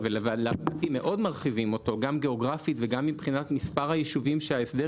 ולדעתי מאוד מרחיבים אותו גם גיאוגרפית וגם מספר היישובים שההסדר